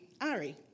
Ari